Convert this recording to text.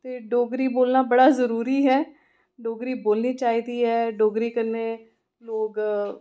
ते डोगरी बोलना बड़ा जरूरी ऐ डोगरी बोलनी चाहिदी ऐ डोगरी कन्नै लोग